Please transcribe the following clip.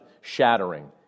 shattering